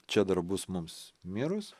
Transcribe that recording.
čia dar bus mums mirus